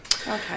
Okay